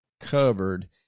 covered